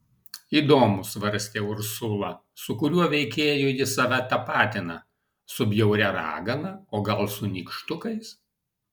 įdomu svarstė ursula su kuriuo veikėju jis save tapatina su bjauria ragana o gal su nykštukais